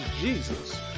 Jesus